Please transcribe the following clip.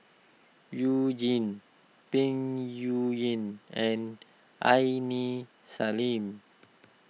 You Jin Peng Yuyun and Aini Salim